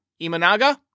Imanaga